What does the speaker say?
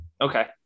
okay